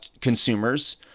consumers